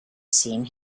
seen